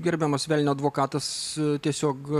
gerbiamas velnio advokatas tiesiog